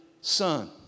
son